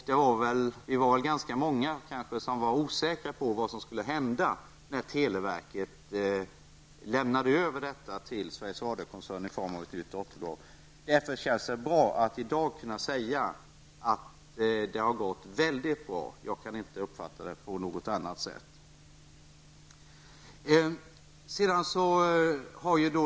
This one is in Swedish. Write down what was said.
Vi var väl ganska många som var osäkra på vad som skulle hända när televerket lämnade över detta till Sveriges Radio-koncernen i form av ett nytt dotterbolag. Därför känns det bra att i dag kunna säga att det har gått mycket bra. Jag kan inte uppfatta saken på något annat sätt.